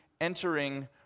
entering